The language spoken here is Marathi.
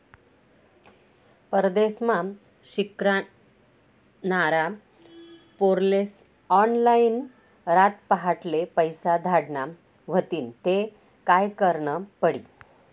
परदेसमा शिकनारा पोर्यास्ले ऑनलाईन रातपहाटले पैसा धाडना व्हतीन ते काय करनं पडी